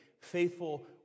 faithful